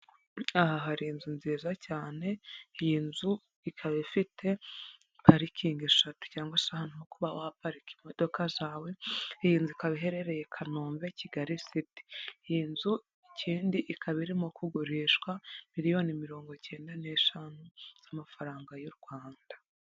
Aha hari inzu nziza cyane, iyi nzu ikaba ifite parikingi eshatu cyangwa se ahantu ho kuba waparika imodoka zawe, iyi nzu ikaba iherereye Kanombe kigali siti, iyi nzu ikindi ikaba irimo kugurishwa miliyoni mirongo icyenda n'eshanu z'amafaranga y'u Rwanda.